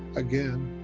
again,